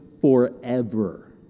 forever